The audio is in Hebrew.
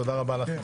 תודה רבה לכם.